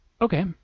Okay